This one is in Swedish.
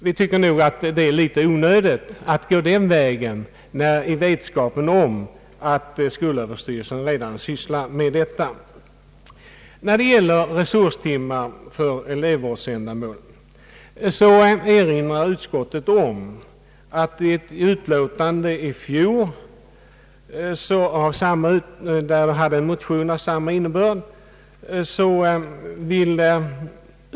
Vi tycker att det är litet onödigt att gå den vägen i vetskapen om att skolöverstyrelsen redan sysslar med detta. I fråga om resurstimmar för elevändamål erinrar utskottet om att ett utlåtande i fjol behandlade en motion av samma innebörd.